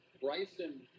Bryson